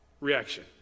reaction